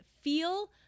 feel